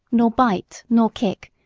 nor bite, nor kick,